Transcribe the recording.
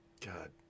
God